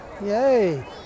Yay